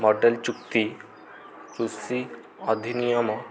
medal ଚୁକ୍ତି କୃଷି ଅଧିନିୟମ